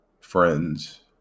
friends